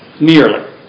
merely